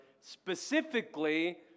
specifically